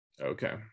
Okay